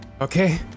Okay